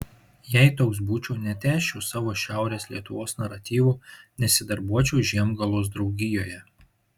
jei toks būčiau netęsčiau savo šiaurės lietuvos naratyvų nesidarbuočiau žiemgalos draugijoje